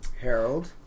Harold